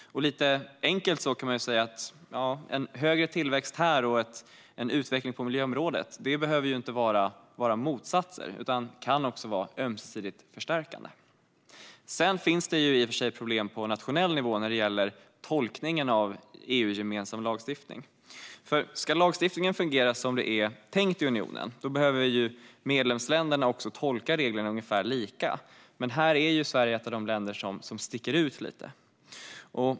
Lite enkelt kan man säga att en högre tillväxt här och en utveckling på miljöområdet inte behöver vara motsatser utan kan också vara ömsesidigt förstärkande. Sedan finns det i och för sig problem på nationell nivå när det gäller tolkningen av EU-gemensam lagstiftning. Ska lagstiftningen fungera som det är tänkt i unionen behöver medlemsländerna också tolka reglerna ungefär lika. Här är Sverige ett av de länder som sticker ut lite.